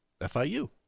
FIU